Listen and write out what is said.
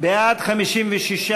בעד, 56,